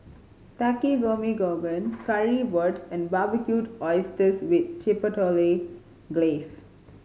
Takikomi Gohan Currywurst and Barbecued Oysters with Chipotle Glaze